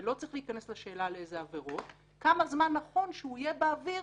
ולא צריך להיכנס לשאלה איזה עבירות כמה זמן נכון שהוא יהיה באוויר